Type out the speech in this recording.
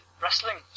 wrestling